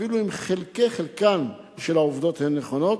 אפילו אם חלקי-חלקן של העובדות הן נכונות,